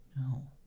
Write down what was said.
No